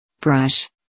brush